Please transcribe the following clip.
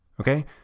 Okay